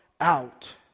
out